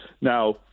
Now